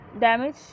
Damage